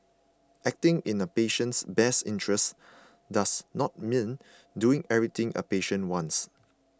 acting in a patient's best interests does not mean doing everything a patient wants